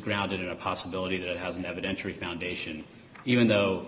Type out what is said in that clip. grounded in a possibility that has an evidentiary foundation even though